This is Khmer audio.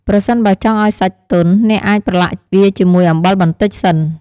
ប្រសិនបើចង់ឱ្យសាច់ទន់ អ្នកអាចប្រឡាក់វាជាមួយអំបិលបន្តិចសិន។